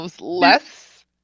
less